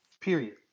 period